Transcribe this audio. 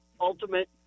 ultimate